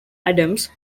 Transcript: adams